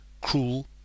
cruel